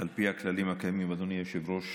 על פי הכללים הקיימים, אדוני היושב-ראש,